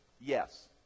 yes